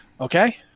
Okay